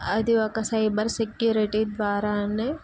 అది ఒక సైబర్సెక్యూరిటీ ద్వారా